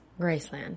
Graceland